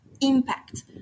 impact